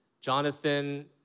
Jonathan